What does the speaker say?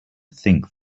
think